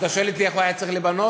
אתה שואל אותי איך הוא היה צריך להיבנות?